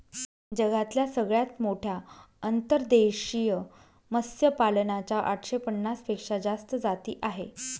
जगातल्या सगळ्यात मोठ्या अंतर्देशीय मत्स्यपालना च्या आठशे पन्नास पेक्षा जास्त जाती आहे